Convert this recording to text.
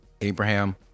abraham